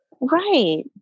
Right